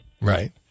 Right